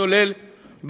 ברחובות ישראל,